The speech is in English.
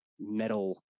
metal